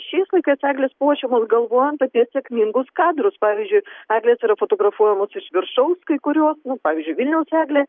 šiais laikais eglės puošiamos galvojant apie sėkmingus kadrus pavyzdžiui eglės yra fotografuojamos iš viršaus kai kurios nu pavyzdžiui vilniaus eglė